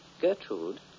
Gertrude